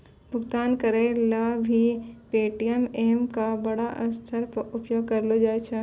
भुगतान करय ल भी पे.टी.एम का बड़ा स्तर पर उपयोग करलो जाय छै